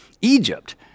Egypt